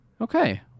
Okay